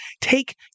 take